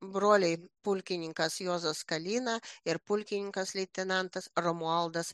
broliai pulkininkas juozas kalyna ir pulkininkas leitenantas romualdas